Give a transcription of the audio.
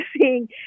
seeing